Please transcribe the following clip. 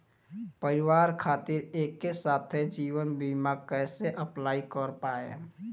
परिवार खातिर एके साथे जीवन बीमा कैसे अप्लाई कर पाएम?